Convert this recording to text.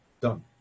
done